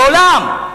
לעולם.